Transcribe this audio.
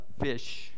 fish